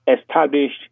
established